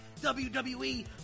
WWE